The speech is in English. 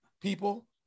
people